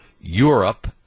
Europe